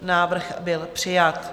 Návrh byl přijat.